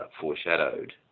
foreshadowed